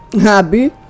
happy